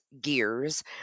gears